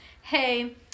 hey